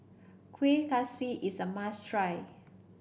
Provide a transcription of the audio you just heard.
Kueh Kaswi is a must try